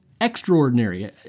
extraordinary